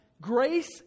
grace